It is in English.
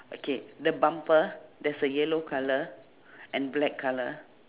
okay the bumper there's a yellow colour and black colour